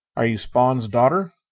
are you spawn's daughter?